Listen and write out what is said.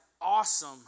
awesome